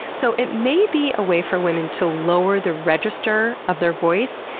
so it may be a way for women to lower the register of their voice,